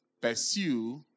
Pursue